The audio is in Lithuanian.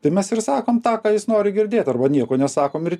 tai mes ir sakom tą ką jis nori girdėt arba nieko nesakom ir